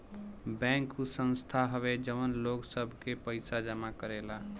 bank उ संस्था हवे जवन लोग सब के पइसा जमा करेला